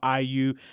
IU